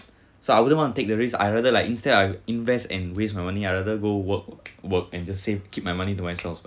so I wouldn't want to take the risk I rather like instead I invest and waste my money I rather go work work and just save keep my money to myself